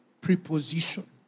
preposition